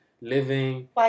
living